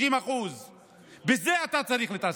30% בזה אתה צריך להתעסק,